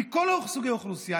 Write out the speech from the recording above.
מכל סוגי האוכלוסייה.